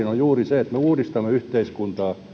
on juuri se että me uudistamme yhteiskuntaa